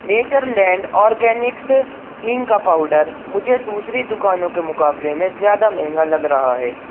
nature land organics ہینگ کا powder مجھے دوسری دکانوں کے مقابلے میں زیادہ مہنگا لگ رہا ہے